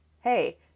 hey